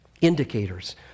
indicators